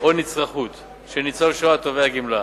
או נצרכות של ניצול השואה התובע גמלה.